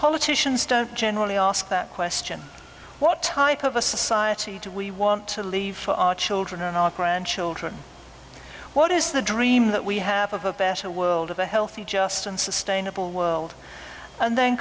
politicians don't generally ask that question what type of a society do we want to leave for our children and our grandchildren what is the dream that we have of a better world of a healthy just and sustainable world and then